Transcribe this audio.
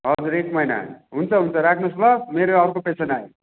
हजुर एक महिना हुन्छ हुन्छ राख्नुहोस ल मेरो अर्को पेसेन्ट आयो